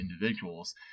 individuals